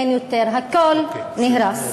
אין יותר, הכול נהרס.